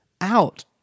out